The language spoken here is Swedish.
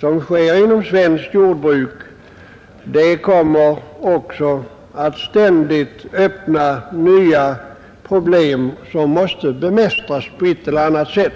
som sker inom svenskt jordbruk också ständigt kommer att öppna nya problem, som måste bemästras på ett eller annat sätt.